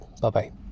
Bye-bye